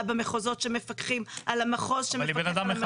במחוזות שמפקחים על המחוז --- אבל היא בנאדם אחד.